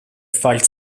file